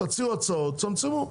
תציעו הצעות צמצמו,